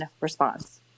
response